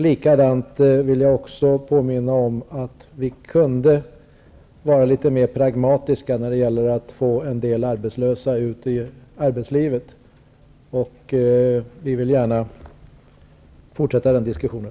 Jag vill också påminna om att vi kunde vara litet mer pragmatiska när det gäller att få en del arbetslösa ut i arbetslivet. Vi vill gärna fortsätta den diskussionen.